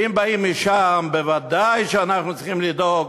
ואם באים משם, ודאי שאנחנו צריכים לדאוג